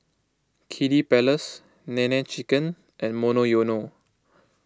Kiddy Palace Nene Chicken and Monoyono